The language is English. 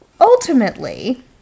ultimately